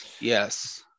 Yes